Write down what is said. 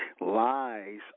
Lies